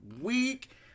week